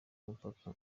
umupaka